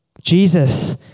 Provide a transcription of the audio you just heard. Jesus